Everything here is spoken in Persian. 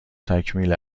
تکمیل